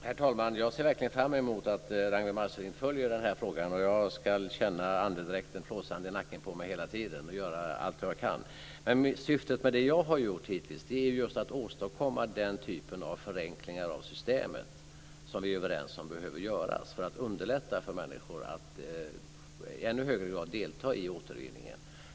Herr talman! Jag ser verkligen fram emot att Ragnwi Marcelind följer den här frågan. Jag ska känna andedräkten flåsande i nacken på mig hela tiden och göra allt vad jag kan. Syftet med det jag har gjort hittills är att åstadkomma den typen av förenklingar av systemet som vi är överens om behöver göras för att underlätta för människor att i ännu högre grad delta i återvinningen.